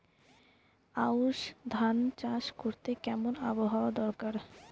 আউশ ধান চাষ করতে কেমন আবহাওয়া দরকার?